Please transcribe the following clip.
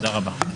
תודה רבה.